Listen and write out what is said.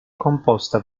composta